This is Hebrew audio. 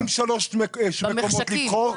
אתם לא לוקחים שלושה מקומות לבחור,